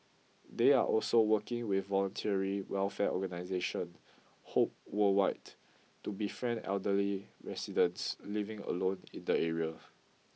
they are also working with voluntary welfare organisation Hope Worldwide to befriend elderly residents living alone in the area